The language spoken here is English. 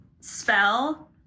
Spell